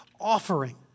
offering